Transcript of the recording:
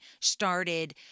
started